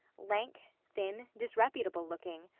lank, thin, disreputable looking.